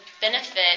benefit